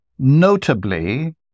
Notably